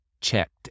checked